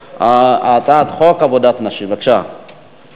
הצעת חוק עבודת נשים (תיקון,